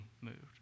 moved